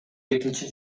экинчи